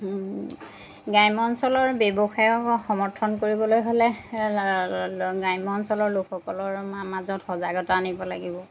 গ্ৰাম্য অঞ্চলৰ ব্যৱসায়ক সমৰ্থন কৰিবলৈ হ'লে গ্ৰাম্য অঞ্চলৰ লোকসকলৰ মাজত সজাগতা আনিব লাগিব